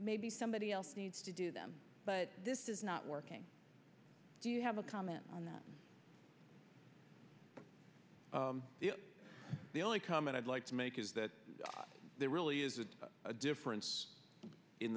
maybe somebody else needs to do them but this is not working do you have a comment on that the only comment i'd like to make is that there really isn't a difference in